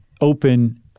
open